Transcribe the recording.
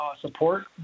support